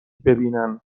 ببینن